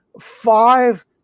five